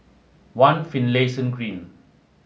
One Finlayson Green